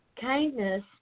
kindness